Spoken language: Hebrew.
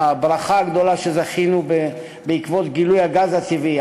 הברכה הגדולה שזכינו לה בעקבות גילוי הגז הטבעי,